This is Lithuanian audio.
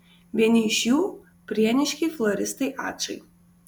vieni iš jų prieniškiai floristai ačai